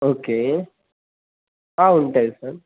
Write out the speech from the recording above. okay ఉంటుంది sir